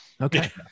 Okay